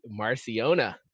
Marciona